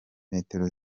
metero